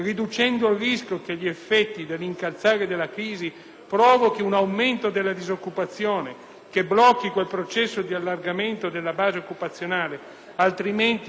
che blocchi il processo di allargamento della base occupazionale. In caso contrario, infatti, la ripercussione sulle condizioni sociali di vasti strati di famiglie sarà drammatica,